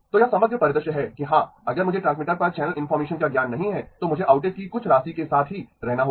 तो यह समग्र परिदृश्य है कि हां अगर मुझे ट्रांसमीटर पर चैनल इनफार्मेशन का ज्ञान नहीं है तो मुझे आउटेज की कुछ राशि के साथ ही रहना होगा